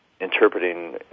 interpreting